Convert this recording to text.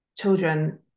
children